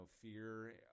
fear